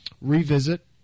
revisit